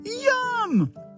Yum